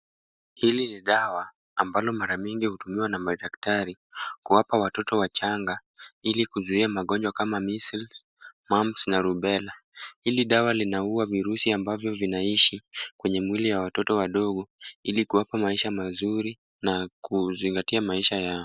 Hili ni dawa ambalo mara mingi hutumiwa na madaktari kuwapa watoto wachanga ili kuzuia magonjwa kama measles, Mumps na Rubella . Hili dawa linaua virusi ambavyo vinaishi kwenye mwili ya watoto wadogo ili kuwapa maisha mazuri na kuzingatia maisha yao.